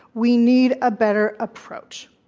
we need a better approach,